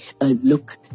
look